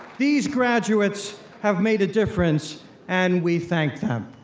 these graduates have made a difference and we thank them.